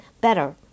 better